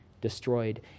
destroyed